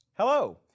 Hello